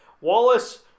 Wallace